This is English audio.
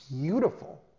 beautiful